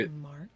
Mark